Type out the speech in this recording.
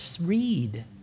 read